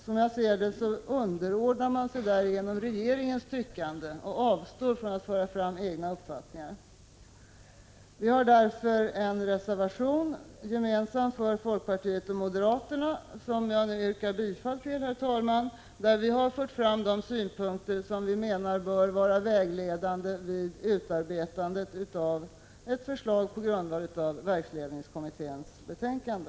Som jag ser det, underordnar man sig därigenom regeringens tyckande och avstår från att föra fram egna uppfattningar. I utskottet har därför avgivits en reservation, betecknad nr 1, gemensam för folkpartiet och moderaterna, som jag yrkar bifall till. Vi har där fört fram de synpunkter som vi menar bör vara vägledande vid utarbetandet av ett förslag på grundval av verksledningskommitténs betänkande.